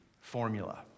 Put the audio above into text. formula